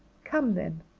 come, then,